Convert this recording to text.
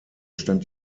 stand